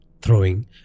throwing